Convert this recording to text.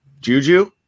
Juju